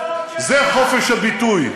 זה חופש הביטוי,